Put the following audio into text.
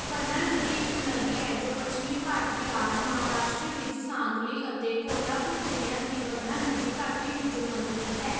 ਵਰਨਾ ਨਦੀ ਇੱਕ ਨਦੀ ਹੈ ਜੋ ਪੱਛਮੀ ਭਾਰਤੀ ਰਾਜ ਮਹਾਰਾਸ਼ਟਰ ਵਿੱਚ ਸਾਂਗਲੀ ਅਤੇ ਕੋਲਹਾਪੁਰ ਜ਼ਿਲ੍ਹਿਆਂ ਦੀ ਵਰਨਾ ਨਦੀ ਘਾਟੀ ਵਿੱਚੋਂ ਲੰਘਦੀ ਹੈ